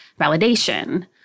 validation